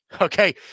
okay